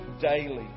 daily